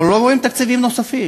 אנחנו לא רואים תקציבים נוספים.